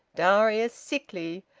darius, sickly,